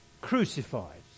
crucified